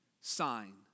sign